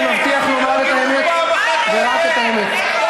אני מבטיח לומר את האמת ורק את האמת.